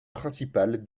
principale